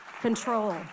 control